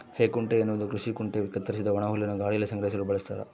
ಹೇಕುಂಟೆ ಎನ್ನುವುದು ಕೃಷಿ ಕುಂಟೆ ಕತ್ತರಿಸಿದ ಒಣಹುಲ್ಲನ್ನು ಗಾಳಿಯಲ್ಲಿ ಸಂಗ್ರಹಿಸಲು ಬಳಸ್ತಾರ